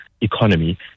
economy